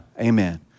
Amen